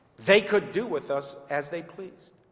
they could do with us as they pleased.